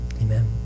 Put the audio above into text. Amen